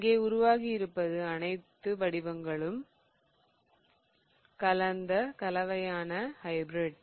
இங்கே உருவாக்கியிருப்பது அனைத்து வடிவங்களும் கலந்த கலவையான ஹைபிரிட்